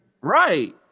Right